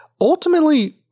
Ultimately